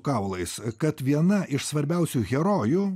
kaulais kad viena iš svarbiausių herojų